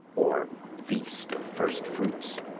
or feast of first fruits,